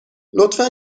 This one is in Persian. لطفا